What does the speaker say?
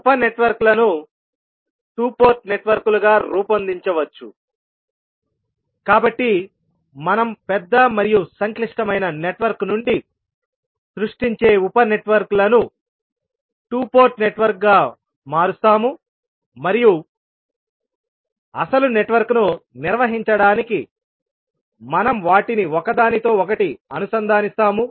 ఉప నెట్వర్క్లను 2 పోర్ట్ నెట్వర్క్లుగా రూపొందించవచ్చుకాబట్టి మనం పెద్ద మరియు సంక్లిష్టమైన నెట్వర్క్ నుండి సృష్టించే ఉపనెట్వర్క్లను 2 పోర్ట్ నెట్వర్క్గా మారుస్తాము మరియు అసలు నెట్వర్క్ను నిర్వహించడానికి మనం వాటిని ఒకదానితో ఒకటి అనుసంధానిస్తాము